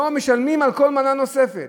לא, משלמים על כל מנה נוספת.